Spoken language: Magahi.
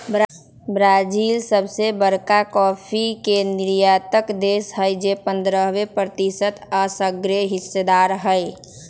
ब्राजील सबसे बरका कॉफी के निर्यातक देश हई जे पंडह प्रतिशत असगरेहिस्सेदार हई